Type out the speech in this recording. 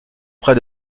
près